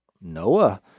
Noah